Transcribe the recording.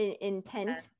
intent